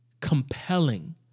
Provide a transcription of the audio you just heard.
compelling